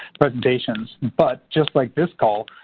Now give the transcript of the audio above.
presentations. but just like this call,